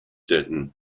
ditton